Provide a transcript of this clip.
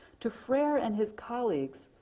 to freire and his colleagues,